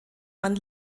man